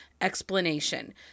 explanation